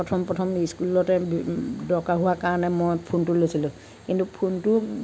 প্ৰথম প্ৰথম স্কুলতে দৰকাৰ হোৱাৰ কাৰণে মই ফোনটো লৈছিলোঁ কিন্তু ফোনটো